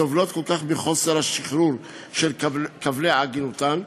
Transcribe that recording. הסובלות כל כך מהאי-שחרור של כבלי עגינותן.